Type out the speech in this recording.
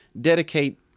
dedicate